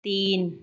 तीन